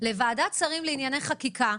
עולה חקיקה שלי לוועדת שרים לענייני חקיקה,